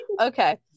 Okay